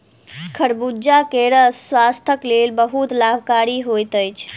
खरबूजा के रस स्वास्थक लेल बहुत लाभकारी होइत अछि